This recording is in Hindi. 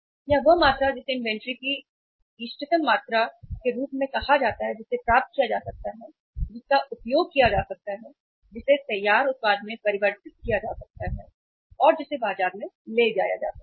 या वह मात्रा जिसे इन्वेंट्री की इष्टतम मात्रा के रूप में कहा जाता है जिसे प्राप्त किया जा सकता है जिसका उपयोग किया जा सकता है जिसे तैयार उत्पाद में परिवर्तित किया जा सकता है और जिसे बाजार में ले जाया जा सकता है